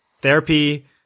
Therapy